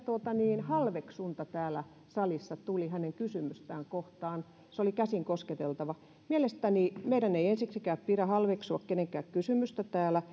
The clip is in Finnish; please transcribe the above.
halveksunta täällä salissa tuli hänen kysymystään kohtaan se oli käsinkosketeltavaa mielestäni meidän ei ensiksikään pidä halveksua kenenkään kysymystä täällä